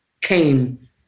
came